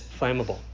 flammable